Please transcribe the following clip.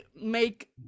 make